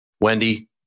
Wendy